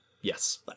yes